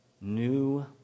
new